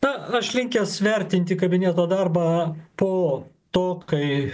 na aš linkęs vertinti kabineto darbą po to kai